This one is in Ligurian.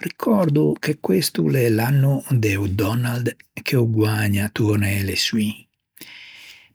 Ricòrdo che questo o l'é l'anno de o Donald ch'o guägna torna e eleçioin